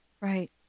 Right